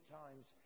times